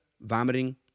vomiting